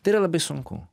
tai yra labai sunku